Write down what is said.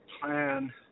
plan